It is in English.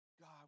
God